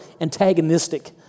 antagonistic